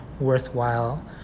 worthwhile